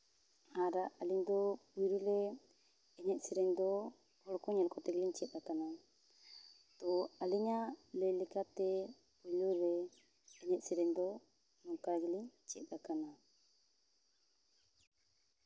ᱟᱨ ᱟᱹᱞᱤᱧ ᱫᱚ ᱯᱳᱭᱞᱳ ᱨᱮ ᱮᱱᱮᱡ ᱥᱮᱨᱮᱧ ᱫᱚ ᱦᱚᱲ ᱠᱚ ᱧᱮᱞ ᱠᱚᱛᱮ ᱜᱮᱞᱤᱧ ᱪᱮᱫ ᱟᱠᱟᱱᱟ ᱛᱚ ᱟᱹᱞᱤᱧᱟᱜ ᱞᱟᱹᱭ ᱞᱮᱠᱟᱛᱮ ᱞᱟᱹᱭᱟ ᱮᱱᱮᱡ ᱥᱮᱨᱮᱧ ᱫᱚ ᱱᱚᱝᱠᱟ ᱜᱮᱞᱤᱧ ᱪᱮᱫ ᱟᱠᱟᱱᱟ